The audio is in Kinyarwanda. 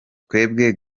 twebwe